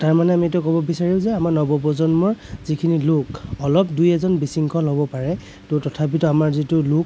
তাৰমানে আমি এইটো ক'ব বিচাৰিম যে আমাৰ নৱপ্ৰজন্মৰ যিখিনি লোক অলপ দুই এজন বিশৃংখল হ'ব পাৰে ত' তথাপিতো আমাৰ যিটো লোক